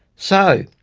so,